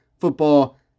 football